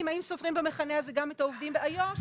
האם סופרים במכנה הזה גם את העובדים באיו"ש,